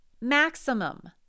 maximum